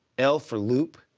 l for loop,